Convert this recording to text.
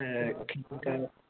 खेलने का